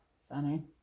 Sunny